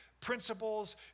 principles